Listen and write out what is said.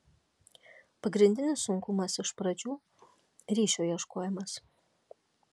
pagrindinis sunkumas iš pradžių ryšio ieškojimas